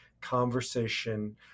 conversation